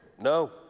no